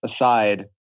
aside